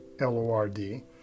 L-O-R-D